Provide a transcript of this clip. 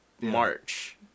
March